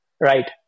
Right